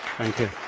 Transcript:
thank you.